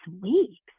weeks